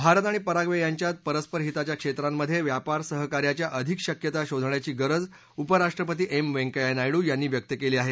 भारत आणि पराये यांच्यात परस्पर हिताच्या क्षेत्रांमधे व्यापार सहकार्याच्या अधिक शक्यता शोधण्याची गरज उपराष्ट्रपती एम व्यंकय्या नायडू यांनी व्यक्त केली आहे